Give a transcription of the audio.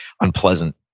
unpleasant